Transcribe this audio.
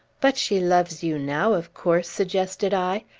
but she loves you now, of course? suggested i.